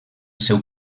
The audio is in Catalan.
seu